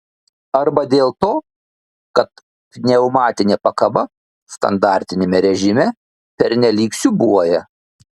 arba dėl to kad pneumatinė pakaba standartiniame režime pernelyg siūbuoja